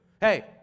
Hey